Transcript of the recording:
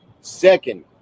Second